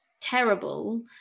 terrible